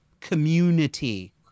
community